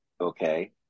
Okay